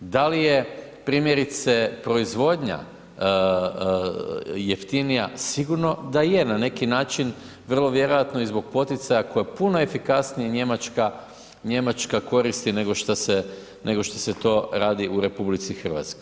Da li je primjerice proizvodnja jeftinija, sigurno da je na neki način vrlo vjerojatno i zbog poticaja koje puno efikasnije Njemačka, Njemačka koristi nego što se to radi u RH.